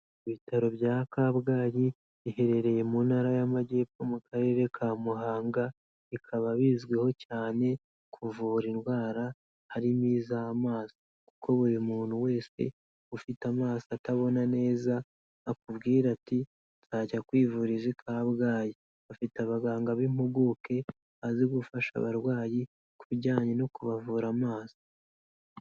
Ibitaro bya Kabgayi biherereye mu ntara y'Amajyepfo mu karere ka Muhanga, bikaba bizwiho cyane kuvura indwara harimo iz'amaso kuko buri muntu wese ufite amaso atabona neza, akubwira ati nzajya kwivuriza i Kabgayi, bafite abaganga b'impuguke bazi gufasha abarwayi ku bijyanye no kubavura amaso.